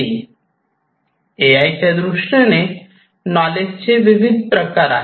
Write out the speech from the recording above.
ए I दृष्टीने नॉलेजचे विविध प्रकार आहेत